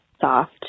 soft